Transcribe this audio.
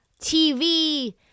TV